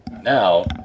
Now